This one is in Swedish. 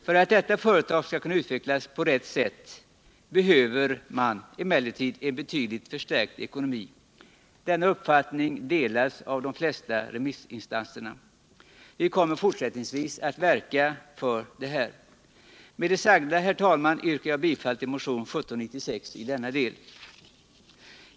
För att detta företag skall kunna utvecklas på rätt sätt behövs emellertid en betydligt starkare ekonomi. Denna uppfattning delas av de flesta remissinstanserna. Vi kommer fortsättningsvis att verka för detta.